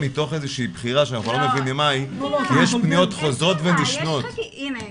-- שיש איזה